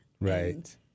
Right